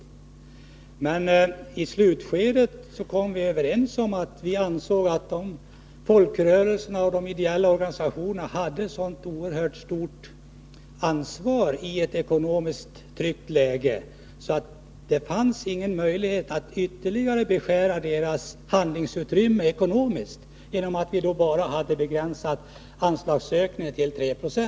Menislutskedet ansåg vi att folkrörelserna och de ideella organisationerna hade ett så stort ansvar i ett ekonomiskt trängt läge att det inte fanns någon möjlighet att ytterligare beskära deras handlingsutrymme ekonomiskt när vi hade begränsat anslagsökningen till 3 20.